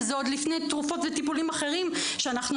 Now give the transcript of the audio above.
וזה עוד לפני תרופות וטיפולים אחרים שאנחנו